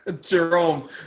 Jerome